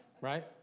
Right